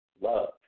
love